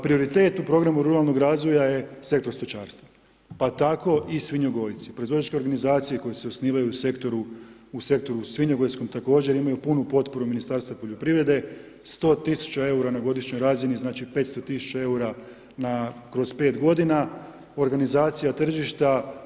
Prioritet u programu ruralnog razvoja je sektor stočarstva pa tako i svinjogojci, proizvođačke organizacije koje se osnivaju u sektoru, u sektoru svinjogojskom također imaju punu potporu Ministarstva poljoprivrede 100 tisuća eura na godišnjoj razini znači 500 tisuća eura kroz 5 godina, organizacija tržišta.